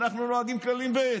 אנחנו נוהגים לפי כללים ב'.